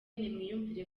nimwiyumvire